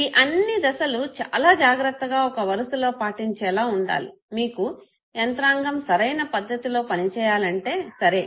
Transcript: ఈ అన్ని దశలు చాలా జాగ్రత్తగా ఒక వరుసలో పాటించేలా ఉండాలి మీకు యంత్రంగం సరైన పద్ధతిలో పనిచేయాలంటే సరే